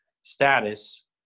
status